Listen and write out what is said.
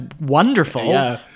wonderful